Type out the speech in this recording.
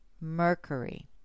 Mercury